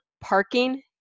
parking